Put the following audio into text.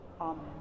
Amen